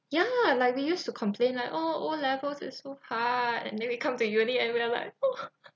ya like we used to complain like oh O levels is so hard and then we come to uni and we are like oh